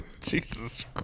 Jesus